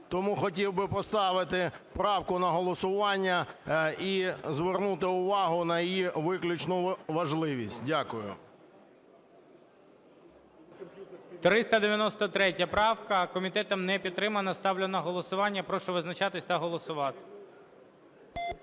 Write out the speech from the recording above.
Тому хотів би поставити правку на голосування і звернути увагу на її виключну важливість. Дякую. ГОЛОВУЮЧИЙ. 393 правка комітетом не підтримана. Ставлю на голосування. Прошу визначатись та голосувати.